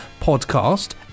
Podcast